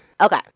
Okay